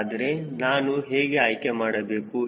ಹಾಗಾದರೆ ನಾನು ಹೇಗೆ ಆಯ್ಕೆ ಮಾಡಬೇಕು